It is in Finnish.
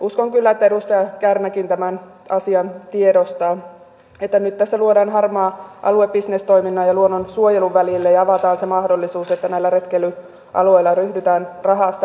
uskon kyllä että edustaja kärnäkin tämän asian tiedostaa että nyt tässä luodaan harmaa alue bisnestoiminnan ja luonnonsuojelun välille ja avataan se mahdollisuus että näillä retkeilyalueilla ryhdytään rahastamaan